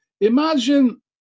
Imagine